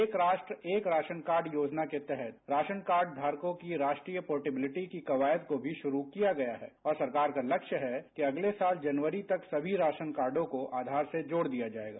एक राष्ट्र एक राशन कार्ड योजना के तहत राशन कार्ड धारकों की राष्ट्रीय पोर्टब्लियटी की कवायद को भी शुरू किया गया है और सरकार का लक्ष्य है कि अगले साल जनवरी तक सभी राशन कार्डो को आधार से जोड़ दिया जाएगा